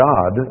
God